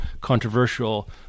controversial